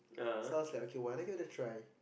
sounds like okay why don't you to try